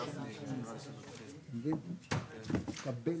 אני מתכבד